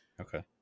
okay